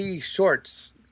shorts